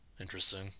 Interesting